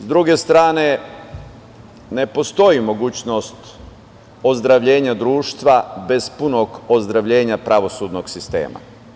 S druge strane, ne postoji mogućnost ozdravljenja društva bez punog ozdravljenja pravosudnog sistema.